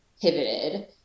pivoted